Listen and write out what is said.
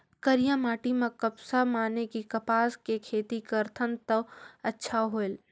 करिया माटी म कपसा माने कि कपास के खेती करथन तो अच्छा होयल?